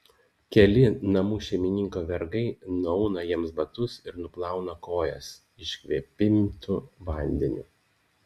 keli namų šeimininko vergai nuauna jiems batus ir nuplauna kojas iškvėpintu vandeniu